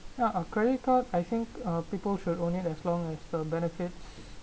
ya a credit card I think uh people should only as long as the benefits